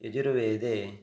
यजुर्वेदे